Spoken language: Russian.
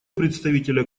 представителя